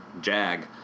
Jag